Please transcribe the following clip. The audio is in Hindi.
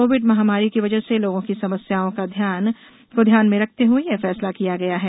कोविड महामारी की वजह से लोगों की समस्याओं को ध्यान में रखते हुए यह फैसला किया गया है